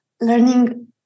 learning